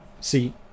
see